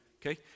Okay